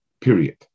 period